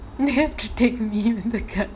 they have to take me the gun